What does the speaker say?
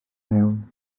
mewn